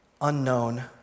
unknown